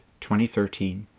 2013